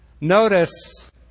Notice